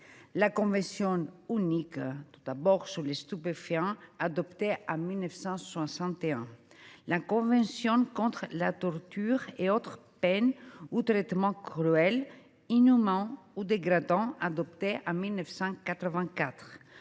la convention unique sur les stupéfiants, adoptée en 1961 ; la convention contre la torture et autres peines ou traitements cruels, inhumains ou dégradants, adoptée en 1984